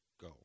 go